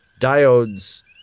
diodes